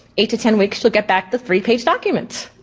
eight to ten weeks you'll get back the three page document.